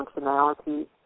functionality